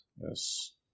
Yes